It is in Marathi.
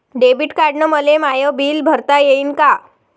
डेबिट कार्डानं मले माय बिल भरता येईन का?